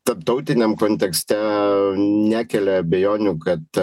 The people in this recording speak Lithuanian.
tarptautiniam kontekste nekelia abejonių kad